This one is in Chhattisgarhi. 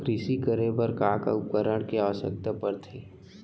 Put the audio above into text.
कृषि करे बर का का उपकरण के आवश्यकता परथे?